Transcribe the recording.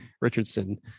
richardson